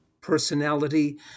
personality